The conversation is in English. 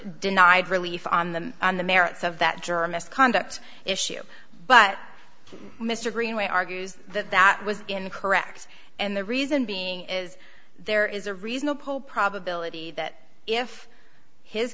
denied relief on the on the merits of that juror misconduct issue but mr greenway argues that that was in correct and the reason being is there is a reasonable probability that if his